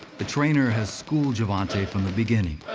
the trainer has schooled gervonta from the beginning,